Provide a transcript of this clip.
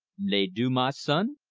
they do, my son.